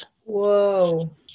Whoa